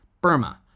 Burma